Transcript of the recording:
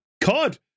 COD